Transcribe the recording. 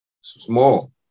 small